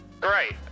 Great